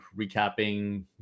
recapping